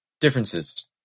differences